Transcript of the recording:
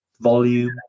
volume